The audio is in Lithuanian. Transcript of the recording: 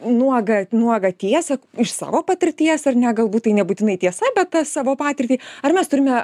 nuogą nuogą tiesą iš savo patirties ar ne galbūt tai nebūtinai tiesa bet tą savo patirtį ar mes turime